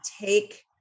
take